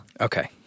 Okay